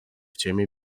ciemię